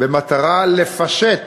במטרה לפשט